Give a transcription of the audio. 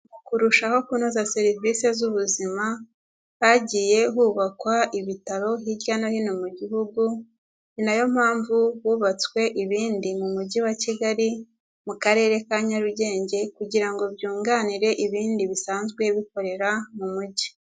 Mu kurushaho kunoza serivisi z'ubuzima, hagiye hubakwa ibitaro hirya no hino mu gihugu, ni nayo mpamvu hubatswe ibindi mu mujyi wa Kigali mu karere ka Nyarugenge, kugira ngo byunganire ibindi bisanzwe bikorera mu mujyi